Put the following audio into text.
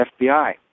FBI